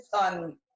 on